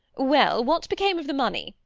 well, what became of the money?